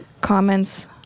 comments